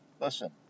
Listen